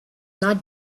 not